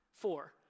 four